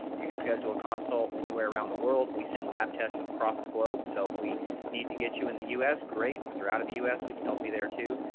you can schedule a consult anywhere around the world. we send lab tests across the globe, so if we need to get you in the u s, great, if you're out of the u s, we can help you there too,